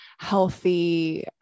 healthy